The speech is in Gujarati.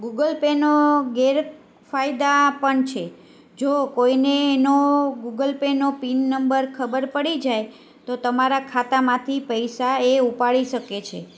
ગૂગલ પેના ગેરફાયદા પણ છે જો કોઈને એનો ગૂગલ પેનો પિન નંબર ખબર પડી જાય તો તમારા ખાતામાંથી પૈસા એ ઉપાડી શકે છે